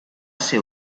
ser